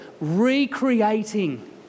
recreating